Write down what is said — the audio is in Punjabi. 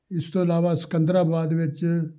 ਇਸ ਤੋਂ ਇਲਾਵਾ ਸਿਕੰਦਰਾਵਾਦ ਵਿੱਚ